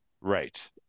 Right